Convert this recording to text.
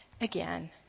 again